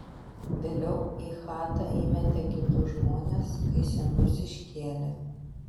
vėliau į chatą įmetė kitus žmones kai senus iškėlė